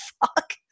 fuck